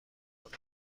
کنم